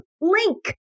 link